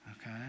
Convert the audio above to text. Okay